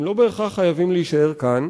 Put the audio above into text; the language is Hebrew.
הם לא בהכרח חייבים להישאר כאן.